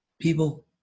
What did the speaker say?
people